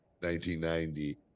1990